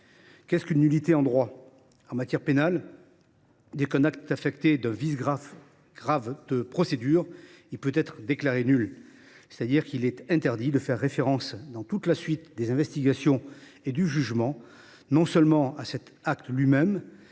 Qu’est ce qu’une nullité en droit ? En matière pénale, dès lors qu’un acte est affecté d’un vice grave de procédure, il peut être déclaré nul, c’est à dire qu’il est interdit de faire référence, dans toute la suite des investigations et du jugement, non seulement à cet acte lui même,